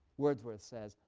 wordsworth says,